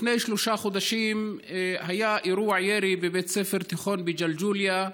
לפני שלושה חודשים היה אירוע ירי בבית ספר תיכון בג'לג'וליה,